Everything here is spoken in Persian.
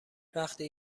وقتی